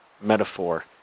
metaphor